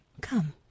Come